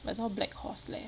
but it's all black horse leh